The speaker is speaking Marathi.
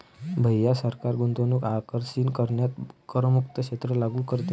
भैया सरकार गुंतवणूक आकर्षित करण्यासाठी करमुक्त क्षेत्र लागू करते